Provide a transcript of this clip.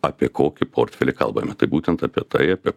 apie kokį portfelį kalbame tai būtent apie tai apie